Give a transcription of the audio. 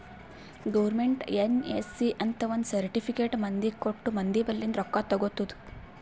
government NSC ಅಂತ್ ಒಂದ್ certificate ಮಂದಿಗ ಕೊಟ್ಟು ಮಂದಿ ಬಲ್ಲಿಂದ್ ರೊಕ್ಕಾ ತಗೊತ್ತುದ್